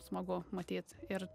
smagu matyt ir